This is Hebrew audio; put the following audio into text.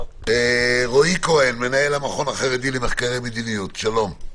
רועי כהן, מנהל המכון החרדי למחקרי מדיניות, שלום.